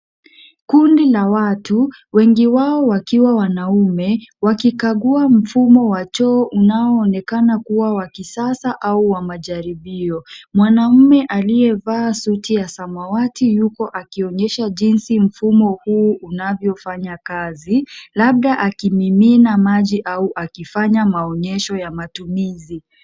Kundi la watu, wengi wao wakiwa wanaume, wakikagua mfumo wa choo unaonekana kuwa wa kisasa au wa majaribio. Mwanaume aliyevaa suti ya samawati yuko akionyesha jinsi mfumo huu unavyofanya kazi, labda akimimina maji au akifanya maonyesho ya matumizi.